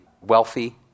wealthy